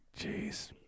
Jeez